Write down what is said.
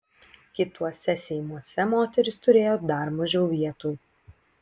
kituose seimuose moterys turėjo dar mažiau vietų